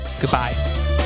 Goodbye